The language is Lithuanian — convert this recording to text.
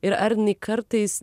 ir ar jinai kartais